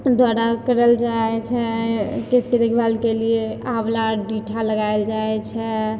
द्वारा करल जाए छै केशके देखभालके लिए आँवला रीठा लगाएल जाए छै